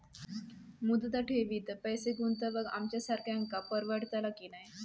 मुदत ठेवीत पैसे गुंतवक आमच्यासारख्यांका परवडतला की नाय?